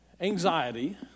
Anxiety